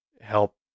help